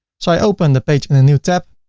so i open the page in a new tab,